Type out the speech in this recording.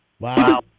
Wow